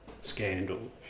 scandal